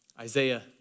Isaiah